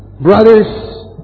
brothers